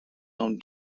own